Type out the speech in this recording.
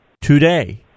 today